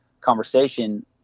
conversation